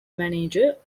manager